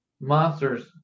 monsters